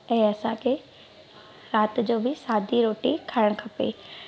ऐं असांखे राति जो बि सादी रोटी खाइणु खपे